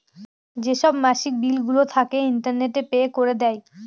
যেসব মাসিক বিলগুলো থাকে, ইন্টারনেটে পে করে দেয়